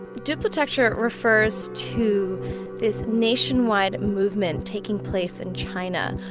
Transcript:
duplitecture refers to this nationwide movement taking place in china,